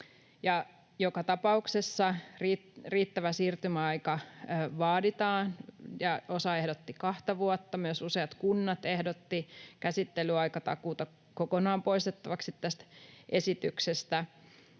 Joka tapauksessa riittävä siirtymäaika vaaditaan. Osa ehdotti kahta vuotta, ja myös useat kunnat ehdottivat käsittelyaikatakuuta kokonaan poistettavaksi tästä esityksestä.